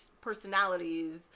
personalities